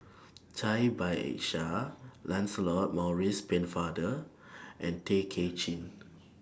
Cai Bixia Lancelot Maurice Pennefather and Tay Kay Chin